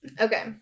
Okay